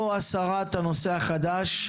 או הסרת נושא חדש,